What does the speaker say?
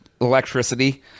electricity